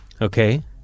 Okay